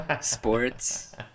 Sports